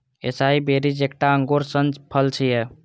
एसाई berries एकटा अंगूर सन फल छियै